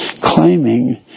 claiming